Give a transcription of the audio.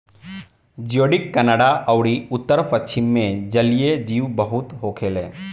जियोडक Canada अउरी उत्तर पश्चिम मे जलीय जीव बहुत होखेले